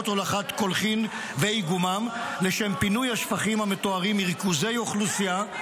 הולכת קולחין ואיגומן לשם פינוי השפכים המטוהרים מריכוזי אוכלוסייה,